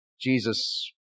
Jesus